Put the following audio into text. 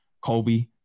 Kobe